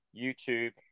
YouTube